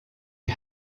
you